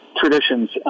traditions